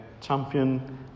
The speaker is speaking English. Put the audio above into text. champion